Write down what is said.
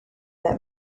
that